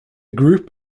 group